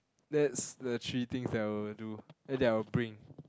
that's the three things that I will do as in I will bring